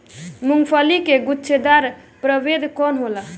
मूँगफली के गुछेदार प्रभेद कौन होला?